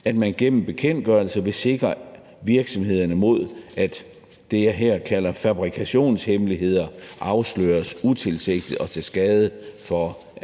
at man gennem bekendtgørelse vil sikre virksomhederne mod, at det, jeg her kalder fabrikationshemmeligheder, afsløres utilsigtet og til skade for